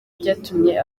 byatumye